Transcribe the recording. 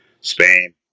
Spain